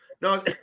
no